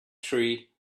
tree